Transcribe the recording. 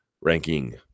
ranking